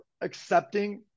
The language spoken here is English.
accepting